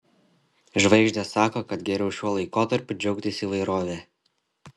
žvaigždės sako kad geriau šiuo laikotarpiu džiaugtis įvairove